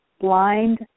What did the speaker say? blind